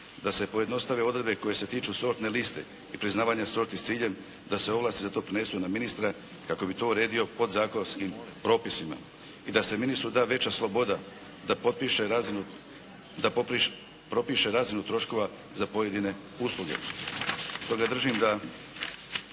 da se pojednostave odredbe koje se tiču sortne liste i priznavanje sorti s ciljem da se ovlasti za to prenesu na ministra kako bi to uredio podzakonskim propisima i da se ministru da veća sloboda da propiše razinu troškova za pojedine usluge.